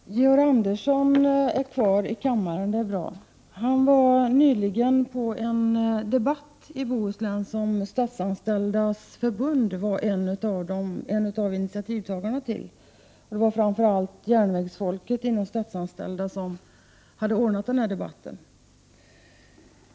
Herr talman! Georg Andersson är kvar i kammaren — det är bra. Han var nyligen på en debatt i Bohuslän som Statsanställdas förbund var en av initiativtagarna till. Det var framför allt järnvägsfolket inom Statsanställdas förbund som hade ordnat den här debatten.